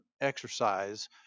exercise